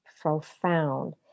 profound